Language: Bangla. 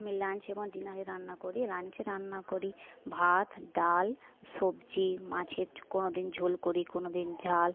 আমি লাঞ্চ এবং ডিনারে রান্না করি লাঞ্চে রান্না করি ভাত ডাল সবজি মাছের কোনদিন ঝোল করি কোনদিন ঝাল